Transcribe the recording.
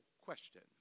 question